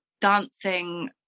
dancing